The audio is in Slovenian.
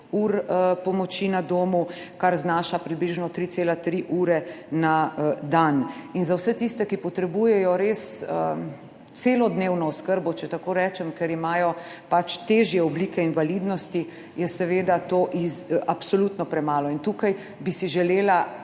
ur pomoči na domu, kar znaša približno 3,3 ure na dan. Za vse tiste, ki potrebujejo res celodnevno oskrbo, če tako rečem, ker imajo pač težje oblike invalidnosti, je seveda to absolutno premalo. Tukaj bi si želela